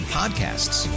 podcasts